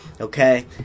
Okay